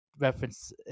reference